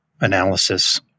analysis